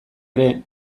ere